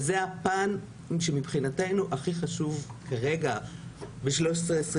וזה הפן שמבחינתנו הכי חשוב כרגע ב-1325.